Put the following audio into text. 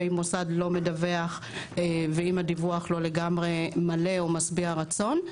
אם מוסד לא מדווח ואם הדיווח לא לגמרי מלא או משביע רצון.